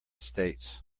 states